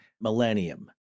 millennium